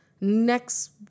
next